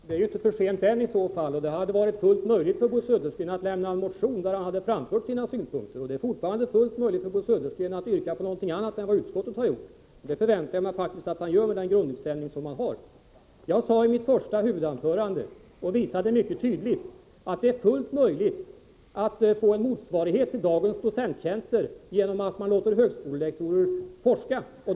Herr talman! Det inte för sent än. Det hade varit fullt möjligt för Bo Södersten att lämna en motion där han hade framfört sina synpunkter, och det är fortfarande fullt möjligt för Bo Södersten att yrka på någonting annat än vad utskottet har gjort. Det förväntar jag mig faktiskt att han gör med den grundinställning som han har. Jag visade mycket tydligt i mitt huvudanförande att det är fullt möjligt att få en motsvarighet till dagens docenttjänster genom att låta högskolelektorer forska.